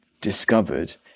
discovered